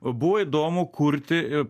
buvo įdomu kurti